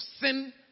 sin